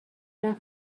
رفت